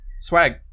swag